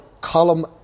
column